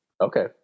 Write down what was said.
Okay